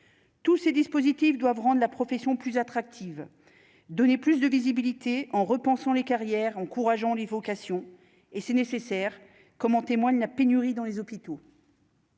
Tous ces dispositifs doivent rendre la profession plus attractive, donner plus de visibilité en repensant les carrières encourageant les vocations et si nécessaire, comme en témoigne la pénurie dans les hôpitaux.